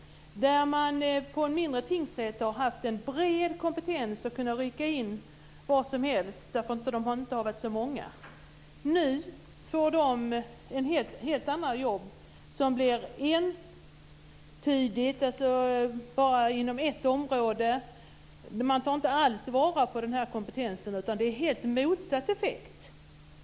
På den mindre tingsrätten har man haft en bred kompetens och kunnat rycka in var som helst eftersom de inte har varit så många. Nu får de helt andra jobb inom bara ett område. Man tar inte alls vara på den här kompetensen. Det har fått helt motsatt effekt.